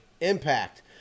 impact